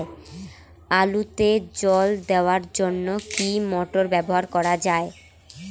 আলুতে জল দেওয়ার জন্য কি মোটর ব্যবহার করা যায়?